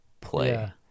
play